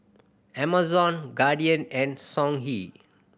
Amazon Guardian and Songhe